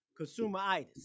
consumeritis